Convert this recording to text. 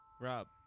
Rob